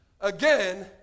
again